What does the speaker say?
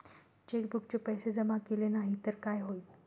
चेकबुकचे पैसे जमा केले नाही तर काय होईल?